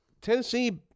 Tennessee